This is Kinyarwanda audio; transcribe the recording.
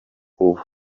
ubu